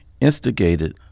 instigated